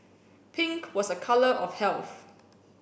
pink was a color of health